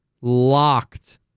locked